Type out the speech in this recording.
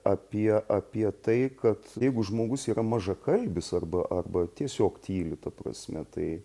apie apie tai kad jeigu žmogus yra mažakalbis arba arba tiesiog tyli ta prasme tai